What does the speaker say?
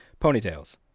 ponytails